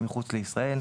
מחוץ לישראל,